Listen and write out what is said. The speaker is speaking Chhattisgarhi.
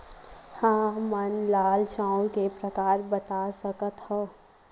हमन ला चांउर के प्रकार बता सकत हव?